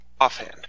offhand